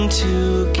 together